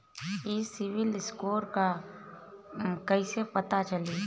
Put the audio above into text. ई CIBIL score का बा कइसे पता चली?